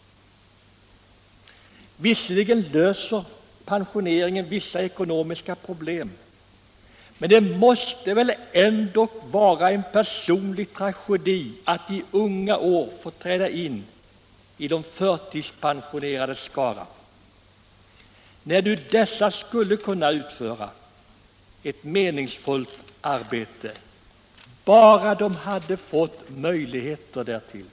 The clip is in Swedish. Visserligen löser pensioneringen vissa ekonomiska problem, 16 december 1976 men det måste väl ändock vara en personlig tragedi att i unga år få träda in i de förtidspensionerades skara. Dessa ungdomar skulle kunna utföra — Samordnad ett meningsfullt arbete, bara de fick möjlighet därtill.